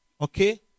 Okay